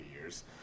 years